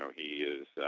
so he is